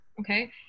Okay